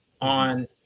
on